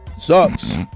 Sucks